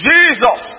Jesus